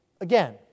again